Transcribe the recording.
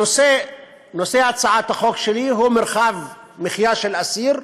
נושא הצעת החוק שלי הוא מרחב מחיה של אסיר.